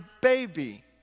baby